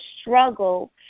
struggle